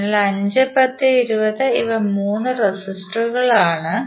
അതിനാൽ 5 10 20 ഇവ 3 റെസിസ്റ്ററുകൾ ആണ്